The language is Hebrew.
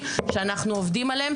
עכשיו שאלת השאלות היא איך עושים את זה.